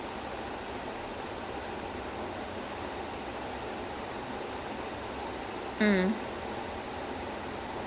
actually that reminds me of like I know I know this is probably a lot less in scale but like like avengers and civil war